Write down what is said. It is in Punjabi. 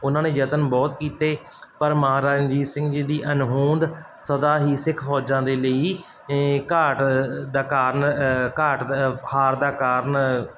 ਉਹਨਾਂ ਨੇ ਯਤਨ ਬਹੁਤ ਕੀਤੇ ਪਰ ਮਹਾਰਾਜ ਰਣਜੀਤ ਸਿੰਘ ਜੀ ਦੀ ਅਣਹੋਂਦ ਸਦਾ ਹੀ ਸਿੱਖ ਫੌਜਾਂ ਦੇ ਲਈ ਘਾਟ ਦਾ ਕਾਰਨ ਘਾਟ ਦਾ ਹਾਰ ਦਾ ਕਾਰਨ